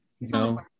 No